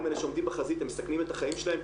אלה שעובדים בחזית, הם מסכנים את החיים שלהם.